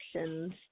actions